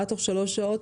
חזרה תוך שלוש שעות,